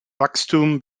wachstum